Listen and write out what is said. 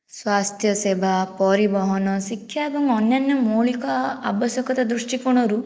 ସ୍ୱାସ୍ଥ୍ୟ ସେବା ପରିବହନ ଶିକ୍ଷା ଏବଂ ଅନ୍ୟାନ୍ୟ ମୌଳିକ ଆବଶ୍ୟକତା ଦୃଷ୍ଟିକୋଣରୁ